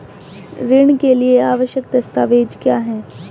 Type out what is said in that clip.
ऋण के लिए आवश्यक दस्तावेज क्या हैं?